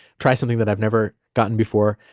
try something that i've never gotten before.